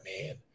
man